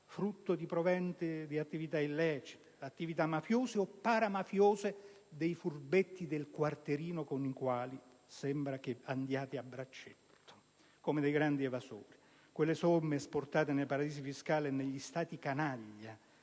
frutto di attività illecite, attività mafiose o paramafiose dei «furbetti del quartierino», con i quali sembra che andiate a braccetto, come dei grandi evasori. Somme esportate nei paradisi fiscali e negli Stati canaglia,